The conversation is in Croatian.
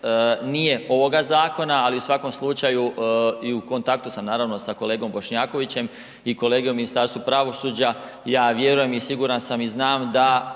nije ovoga zakona, ali u svakom slučaju i u kontaktu sam naravno sa kolegom Bošnjakovićem i kolegom u Ministarstvu pravosuđa, ja vjerujem i siguran sam i znam da